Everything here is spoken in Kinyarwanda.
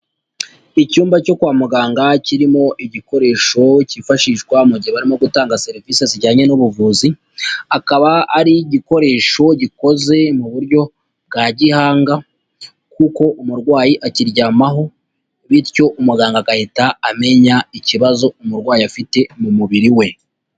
Icyumba cyo kwa muganga kirimo igikoresho cyifashishwa mu gihe barimo gutanga serivise zijyanye n'ubuvuzi, akaba ari igikoresho gikoze mu buryo bwa gihanga kuko umurwayi akiryamaho bityo umuganga agahita amenya ikibazo umurwayi afite mu mubiri we.